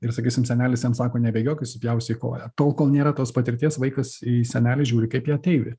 ir sakysim senelis jam sako nebėgiok įsipjausi į koją tol kol nėra tos patirties vaikas į senelį žiūri kaip į ateivį